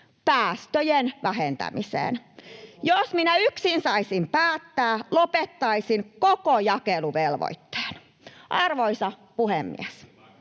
päästöjen vähentämiseen. Jos minä yksin saisin päättää, lopettaisin koko jakeluvelvoitteen. [Tuomas